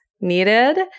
needed